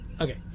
okay